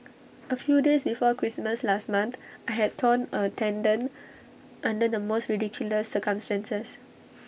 A few days before Christmas last month I had torn A tendon under the most ridiculous circumstances